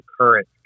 current